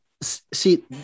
See